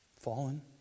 Fallen